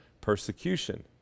persecution